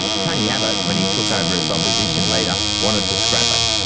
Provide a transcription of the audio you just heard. tony abbott, when he took over as opposition leader, wanted to scrap it.